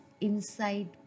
inside